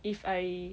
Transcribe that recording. if I